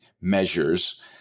measures